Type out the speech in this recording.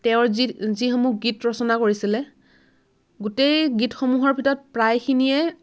তেওঁৰ যি যিসমূহ গীত ৰচনা কৰিছিলে গোটেই গীতসমূহৰ ভিতৰত প্ৰায়খিনিয়ে